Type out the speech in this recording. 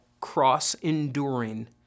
cross-enduring